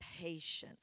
patience